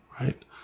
Right